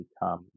become